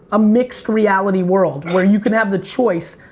a mixed reality world where you can have the choice.